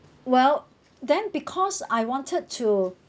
well then because I wanted to